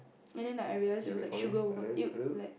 and then like I realise it was like sugar want you like